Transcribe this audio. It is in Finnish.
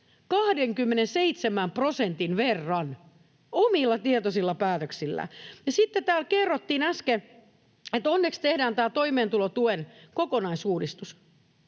27 prosentin verran omilla tietoisilla päätöksillään. Ja sitten täällä kerrottiin äsken, että onneksi tehdään tämä toimeentulotuen kokonaisuudistus.